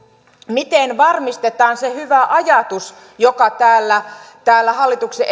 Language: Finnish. miten varmistetaan se hyvä ajatus joka täällä täällä hallituksen